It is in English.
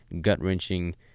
gut-wrenching